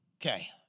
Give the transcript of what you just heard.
Okay